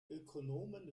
ökonomen